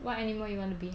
what animal you want to be